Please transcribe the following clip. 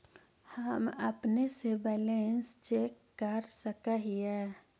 हम अपने से बैलेंस चेक कर सक हिए?